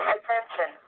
Attention